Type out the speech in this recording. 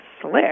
slick